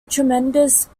tremendous